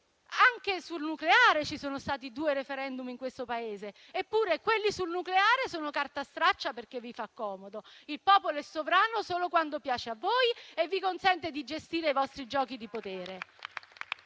anche sul nucleare ci sono stati due *referendum* in questo Paese: quelli sul nucleare sono carta straccia perché vi fa comodo; il popolo è sovrano solo quando piace a voi e vi consente di gestire i vostri giochi di potere